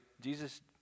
Jesus